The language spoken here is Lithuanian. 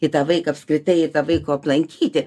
į tą vaiką apskritai vaiko aplankyti